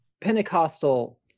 Pentecostal